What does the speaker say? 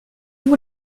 vous